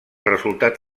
resultat